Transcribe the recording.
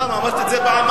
למה, אמרתי את זה פעמיים.